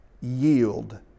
yield